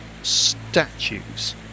statues